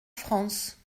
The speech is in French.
france